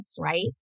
right